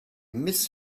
miss